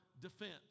defense